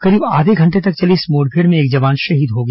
करीब आधे घंटे तक चली इस मुठभेड़ में एक जवान शहीद हो गया